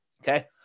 Okay